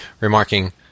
remarking